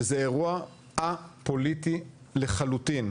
שזה אירוע א-פוליטי לחלוטין.